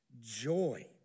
joy